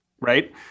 right